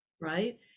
Right